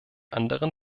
anderen